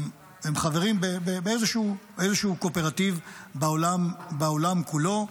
הם חברים באיזשהו קואופרטיב בעולם כולו.